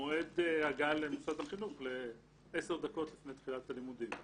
מועד ההגעה למוסד החינוך ל-10 דקות לפני תחילת הלימודים.